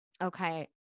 Okay